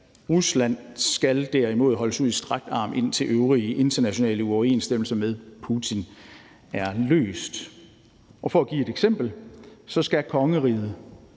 Rusland skal derimod holdes ud i strakt arm, indtil øvrige internationale uoverensstemmelser med Putin er løst. For at give et eksempel skal kongeriget